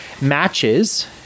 matches